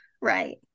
Right